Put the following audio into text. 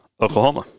Oklahoma